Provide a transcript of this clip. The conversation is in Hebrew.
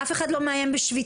אף אחד לא מאיים בשביתה,